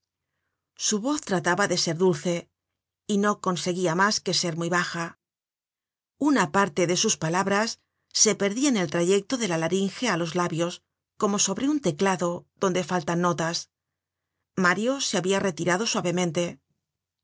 su voz trataba de ser dulce y no conseguia mas que ser muy baja una parte de sus palabras se perdia en el trayecto de la laringe á los labios como sobre un teclado donde faltan notas mario se habia retirado suavemente